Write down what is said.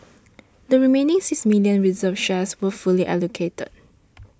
the remaining six million reserved shares were fully allocated